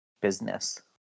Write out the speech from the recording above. business